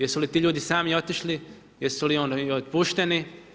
Jesu li ti ljudi sami otišli, jesu li oni otpušteni?